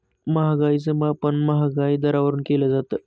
महागाईच मापन महागाई दरावरून केलं जातं